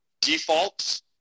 Defaults